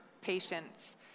patients